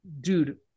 Dude